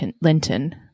Linton